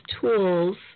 tools